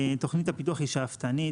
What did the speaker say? תוכנית הפיתוח שאפתנית,